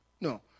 No